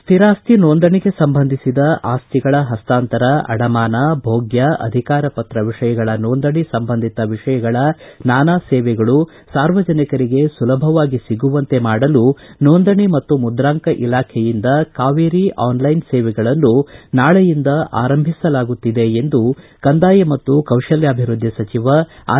ಸ್ಥಿರಾಸ್ತಿ ನೋಂದಣಿಗೆ ಸಂಬಂಧಿಸಿದ ಆಸ್ತಿಗಳ ಪಸ್ತಾಂತರ ಅಡಮಾನ ಭೋಗ್ಯ ಅಧಿಕಾರಪತ್ರ ವಿಷಯಗಳ ನೋಂದಣಿ ಸಂಬಂಧಿತ ವಿಷಯಗಳ ನಾನಾ ಸೇವೆಗಳು ಸಾರ್ವಜನಿಕರಿಗೆ ಸುಲಭವಾಗಿ ಸಿಗುವಂತೆ ಮಾಡಲು ನೋಂದಣಿ ಮತ್ತು ಮುದ್ರಾಂಕ ಇಲಾಖೆಯಿಂದ ಕಾವೇರಿ ಆನ್ಲೈನ್ ಸೇವೆ ಗಳನ್ನು ನಾಳೆಯಿಂದ ಆರಂಭಿಸಲಾಗುತ್ತಿದೆ ಎಂದು ಕಂದಾಯ ಮತ್ತು ಕೌಶಲ್ಯಾಭಿವೃದ್ದಿ ಸಚಿವ ಆರ್